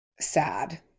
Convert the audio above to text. sad